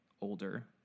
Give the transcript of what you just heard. older